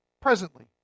presently